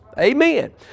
Amen